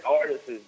artists